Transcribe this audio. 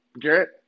Garrett